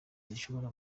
zishobora